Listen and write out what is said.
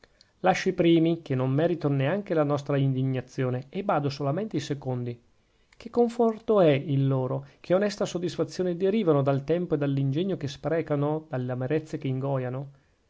lascio i primi che non meritano neanche la nostra indignazione e bado solamente ai secondi che conforto è il loro che onesta soddisfazione derivano dal tempo e dall'ingegno che sprecano e dalle amarezze che ingoiano